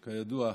כידוע,